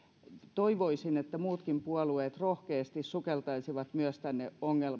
toivoisin että muutkin puolueet rohkeasti sukeltaisivat myös tänne